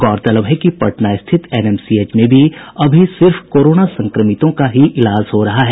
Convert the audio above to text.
गौरतलब है कि पटना स्थित एनएमसीएच में भी अभी सिर्फ कोरोना संक्रमितों का ही इलाज हो रहा है